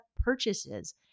purchases